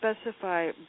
specify